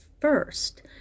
first